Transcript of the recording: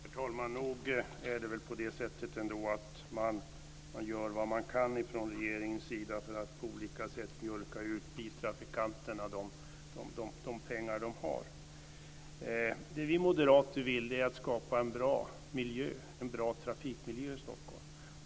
Herr talman! Nog är det väl på det sättet att man gör vad man kan från regeringens sida för att på olika sätt mjölka ur biltrafikanterna de pengar de har. Vi moderater vill skapa en bra trafikmiljö i Stockholm.